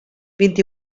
vint